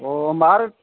अ होमब्ला आरो